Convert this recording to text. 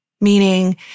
meaning